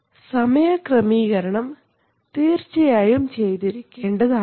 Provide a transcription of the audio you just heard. ഇവ രണ്ടും തമ്മിലുള്ള സമയക്രമീകരണം തീർച്ചയായും ചെയ്തിരിക്കേണ്ടതാണ്